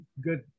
good